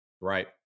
Right